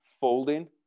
folding